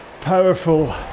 powerful